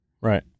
Right